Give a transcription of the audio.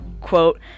quote